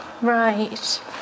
Right